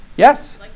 Yes